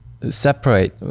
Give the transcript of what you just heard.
separate